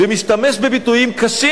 ולהשתמש בביטויים קשים,